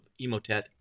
Emotet